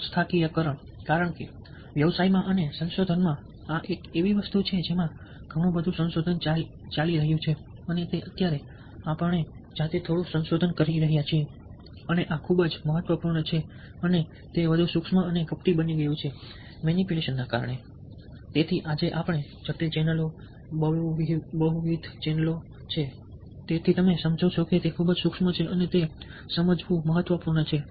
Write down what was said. સંસ્થાકીયકરણ કારણ કે વ્યવસાયમાં અને સંશોધનમાં આ એક એવી વસ્તુ છે જેમાં ઘણું સંશોધન ચાલી રહ્યું છે અને અત્યારે આપણે જાતે થોડું સંશોધન કરી રહ્યા છીએ અને આ ખૂબ જ મહત્વપૂર્ણ છે અને તે વધુ સૂક્ષ્મ અને કપટી બની ગયું છે મેનીપ્યુલેશન ને કારણે અને આજે જટિલ ચેનલો બહુવિધ ચેનલો છે તેથી તમે સમજો છો કે તે ખૂબ જ સૂક્ષ્મ છે અને તે સમજવું મહત્વપૂર્ણ છે